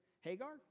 Hagar